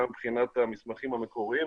גם מבחינת המסמכים המקוריים,